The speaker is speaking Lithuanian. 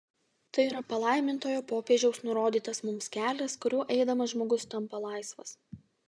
tai yra palaimintojo popiežiaus nurodytas mums kelias kuriuo eidamas žmogus tampa laisvas